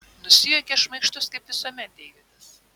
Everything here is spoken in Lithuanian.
nusijuokia šmaikštus kaip visuomet deividas